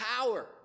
power